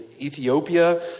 Ethiopia